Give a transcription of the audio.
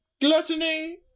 Gluttony